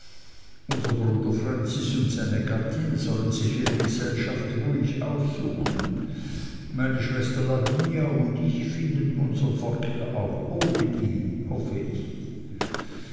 unser bruder francis und seine gattin sollen sich ihre gesellschaft ruhig aussuchen meine schwester lavinia und ich finden unsern verkehr auch ohne ihn hoffe ich